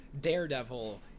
Daredevil